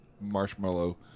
marshmallow